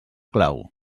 clau